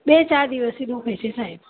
બે ચાર દિવસથી દુઃખે છે સાહેબ